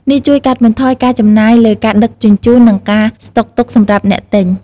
នេះជួយកាត់បន្ថយការចំណាយលើការដឹកជញ្ជូន និងការស្តុកទុកសម្រាប់អ្នកទិញ។